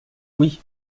oui